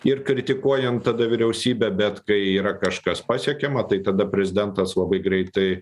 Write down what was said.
ir kritikuojant tada vyriausybę bet kai yra kažkas pasiekiama tai tada prezidentas labai greitai